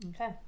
Okay